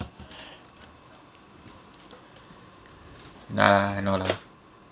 nah no lah